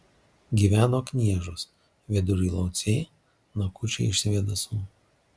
gyveno kniežos vidury lauciai nakučiai iš svėdasų